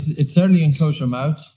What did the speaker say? it's certainly in close your mouth,